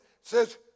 says